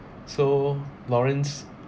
so lawrence